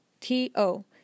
t-o